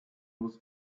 was